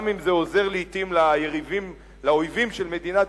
גם אם זה עוזר לעתים לאויבים של מדינת